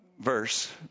verse